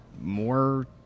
more